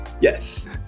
Yes